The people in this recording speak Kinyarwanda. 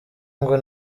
ngo